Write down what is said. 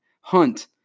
hunt